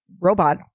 robot